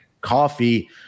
Coffee